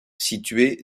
située